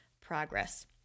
progress